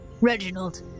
Reginald